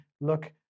look